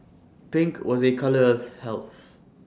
pink was A colour health